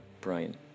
Brian